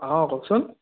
অঁ কওকচোন